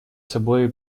собой